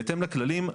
בהתאם לכללים,